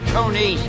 Tony